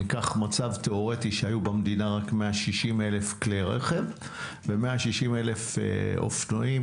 ניקח מצב תיאורטי שהיו במדינה רק 160,000 כלי רכב ו-160,000 אופנועים,